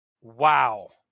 Wow